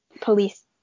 police